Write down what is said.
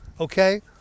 Okay